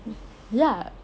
ya